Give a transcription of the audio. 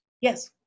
Yes